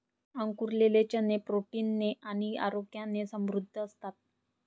अंकुरलेले चणे प्रोटीन ने आणि आरोग्याने समृद्ध असतात